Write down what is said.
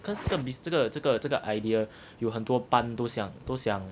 cause 这个 business 这个这个这个 idea 有很多班都想都想